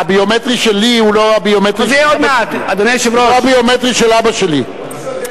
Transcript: הביומטרי שלי הוא לא הביומטרי של אבא שלי.